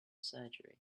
surgery